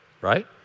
right